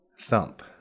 Thump